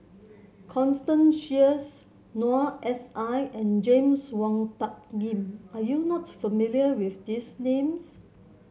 Constance Sheares Noor S I and James Wong Tuck Yim are you not familiar with these names